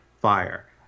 Fire